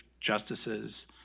justices